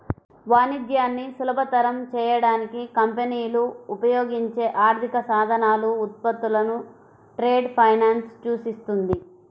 వాణిజ్యాన్ని సులభతరం చేయడానికి కంపెనీలు ఉపయోగించే ఆర్థిక సాధనాలు, ఉత్పత్తులను ట్రేడ్ ఫైనాన్స్ సూచిస్తుంది